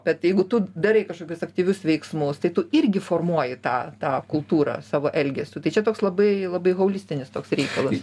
bet jeigu tu darai kažkokius aktyvius veiksmus tai tu irgi formuoji tą tą kultūrą savo elgesiu tai čia toks labai labai holistinis toks reikalas